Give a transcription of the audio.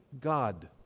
god